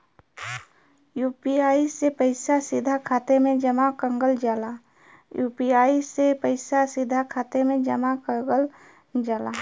UPI से पइसा सीधा खाते में जमा कगल जाला